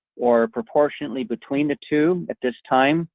or proportionately between the two at this time